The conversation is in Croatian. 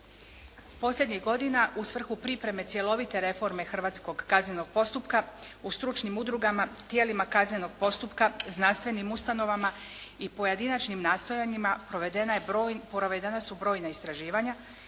Posljednjih godina u svrhu pripreme cjelovite reforme hrvatskog kaznenog postupka u stručnim udrugama tijelima kaznenog postupka, znanstvenim ustanovama i pojedinačnim nastojanjima provedena su brojna istraživanja